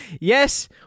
Yes